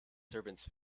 servants